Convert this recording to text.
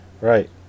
Right